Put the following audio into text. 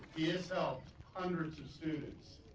yeah so hundreds of students.